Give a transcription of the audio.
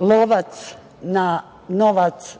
lovac na novac